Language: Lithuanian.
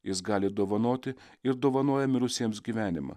jis gali dovanoti ir dovanoja mirusiems gyvenimą